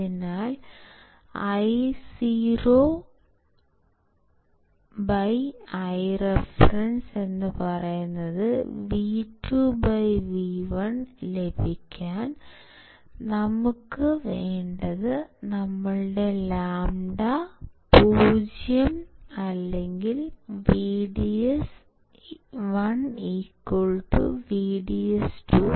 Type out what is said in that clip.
അതിനാൽ IoIreference W2W1 ലഭിക്കാൻ നമുക്ക് വേണ്ടത് ഞങ്ങളുടെ λ 0 അല്ലെങ്കിൽ VDS1VDS2 ആണ്